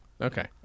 Okay